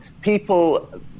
People